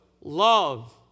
love